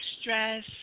stress